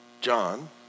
John